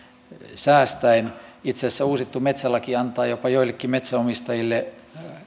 säästäen itse asiassa uusittu metsälaki antaa joillekin metsänomistajille jopa